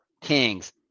Kings